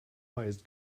highest